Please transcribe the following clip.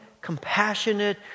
compassionate